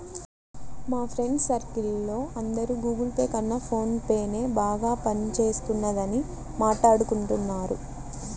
మా friends circle లో అందరూ గుగుల్ పే కన్నా ఫోన్ పేనే బాగా పని చేస్తున్నదని మాట్టాడుకుంటున్నారు